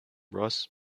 russ